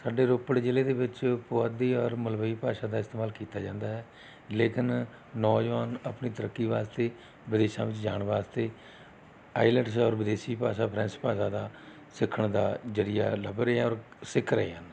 ਸਾਡੇ ਰੋਪੜ ਜ਼ਿਲ੍ਹੇ ਦੇ ਵਿੱਚ ਪੁਆਧੀ ਔਰ ਮਲਵਈ ਭਾਸ਼ਾ ਦਾ ਇਸਤੇਮਾਲ ਕੀਤਾ ਜਾਂਦਾ ਹੈ ਲੇਕਿਨ ਨੌਜਵਾਨ ਆਪਣੀ ਤਰੱਕੀ ਵਾਸਤੇ ਵਿਦੇਸ਼ਾਂ ਵਿੱਚ ਜਾਣ ਵਾਸਤੇ ਆਈਲੈਟਸ ਔਰ ਵਿਦੇਸ਼ੀ ਭਾਸ਼ਾ ਫਰੈਂਚ ਭਾਸ਼ਾ ਦਾ ਸਿੱਖਣ ਦਾ ਜਰੀਆ ਲੱਭ ਰਹੇ ਹੈ ਔਰ ਸਿੱਖ ਰਹੇ ਹਨ